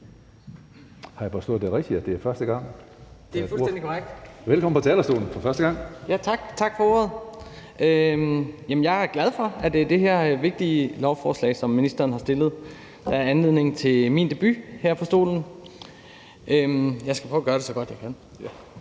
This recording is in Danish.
Jeg er glad for, at det er det her vigtige lovforslag, som ministeren har fremsat, der er anledning til min debut her på talerstolen. Jeg skal prøve at gøre det så godt, jeg kan.